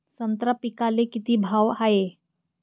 संत्रा पिकाले किती भाव हाये?